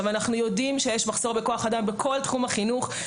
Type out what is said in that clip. אנחנו יודעים שיש מחסור בכוח אדם בכל תחום החינוך,